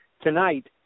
tonight